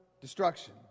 destruction